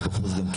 יש לכם פה כיבוד.